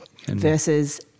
versus